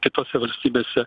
kitose valstybėse